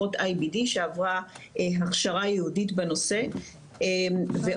אחות IBD שעברה הכשרה ייעודית בנושא ועולא